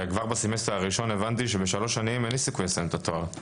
וכבר בסמסטר הראשון הבנתי שאין לי סיכוי לסיים את התואר בשלוש שנים,